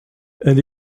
elle